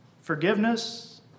Forgiveness